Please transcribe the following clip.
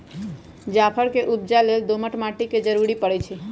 जाफर के उपजा लेल दोमट माटि के जरूरी परै छइ